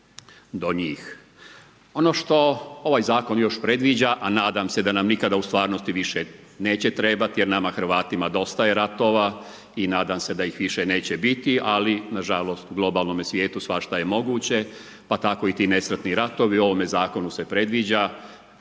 do njih. Ono što ovaj zakon još predviđa a nadam se da nam nikada u stvarnosti više neće trebati jer nama Hrvatima dostaje ratova i nadam se da ih više neće biti ali nažalost u globalnome svijetu svašta je moguće pa tako i ti nesretni ratovi, u ovome zakonu se predviđa